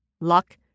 Luck